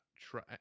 try